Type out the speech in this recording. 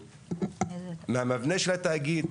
מהמבנה של התאגיד.